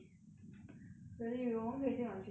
really though 可以整晚去吃宵夜 leh